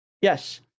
yes